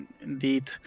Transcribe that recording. indeed